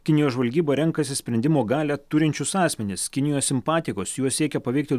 kinijos žvalgyba renkasi sprendimo galią turinčius asmenis kinijos simpatikus juos siekia paveikti